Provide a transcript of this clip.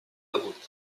debut